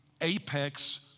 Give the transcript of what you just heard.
apex